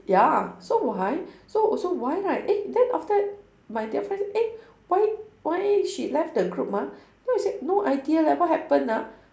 ya so why so so why right eh then after that my the other friend eh why why she left the group ah then I said no idea leh what happen ah